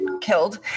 killed